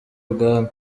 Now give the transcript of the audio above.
bwami